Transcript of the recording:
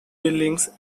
buildings